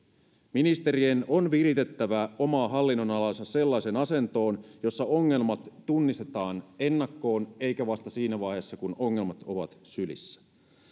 ministerien on viritettävä omaa hallinnonalaansa sellaiseen asentoon jossa ongelmat tunnistetaan ennakkoon eikä vasta siinä vaiheessa kun ongelmat ovat sylissä